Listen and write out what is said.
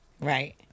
Right